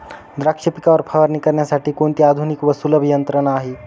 द्राक्ष पिकावर फवारणी करण्यासाठी कोणती आधुनिक व सुलभ यंत्रणा आहे?